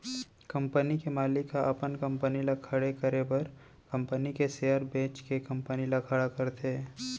company के मालिक ह अपन कंपनी ल खड़े करे बर कंपनी के सेयर बेंच के कंपनी ल खड़ा करथे